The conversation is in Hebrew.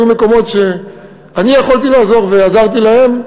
היו מקומות שאני יכולתי לעזור ועזרתי להם.